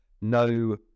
no